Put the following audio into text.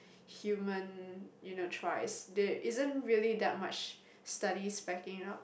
human you know tries there's isn't really that much studies backing up